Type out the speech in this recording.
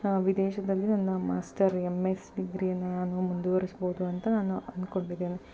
ವಿದೇಶದಲ್ಲಿ ನನ್ನ master M S ಡಿಗ್ರಿಯನ್ನು ನಾನು ಮುಂದುವರಿಸ್ಬೋದು ಅಂತ ನಾನು ಅಂದ್ಕೊಂಡಿದ್ದೇನೆ